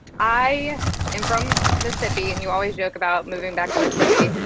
i am from mississippi and you always joke about moving back to mississippi,